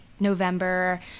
November